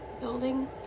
building